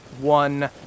one